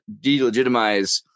delegitimize